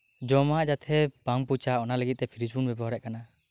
ᱡᱚᱢᱟᱜ ᱡᱟᱛᱮ ᱵᱟᱝ ᱯᱚᱪᱟᱜ ᱚᱱᱟ ᱞᱟᱹᱜᱤᱫ ᱛᱮ ᱯᱷᱨᱤᱡ ᱵᱚᱱ ᱵᱮᱵᱚᱦᱟᱨᱮᱫ ᱠᱟᱱᱟ